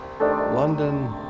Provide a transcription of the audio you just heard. London